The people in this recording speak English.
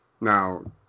now